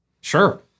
Sure